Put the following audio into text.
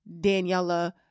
Daniela